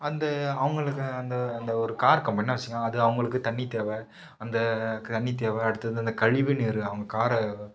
அந்த அவங்களுக்கு அந்த அந்த ஒரு கார் கம்பெனினால் வச்சுக்கோங்க அது அவங்களுக்கு தண்ணி தேவை அந்த தண்ணி தேவை அடுத்து வந்து அந்த கழிவு நீர் அவங்க காரை